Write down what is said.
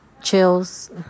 chills